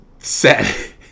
set